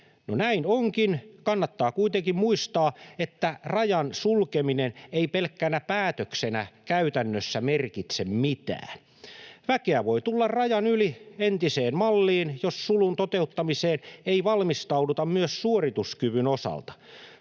näin onkin. Kannattaa kuitenkin muistaa, että rajan sulkeminen ei pelkkänä päätöksenä käytännössä merkitse mitään. Väkeä voi tulla rajan yli entiseen malliin, jos sulun toteuttamiseen ei valmistauduta myös suorituskyvyn osalta.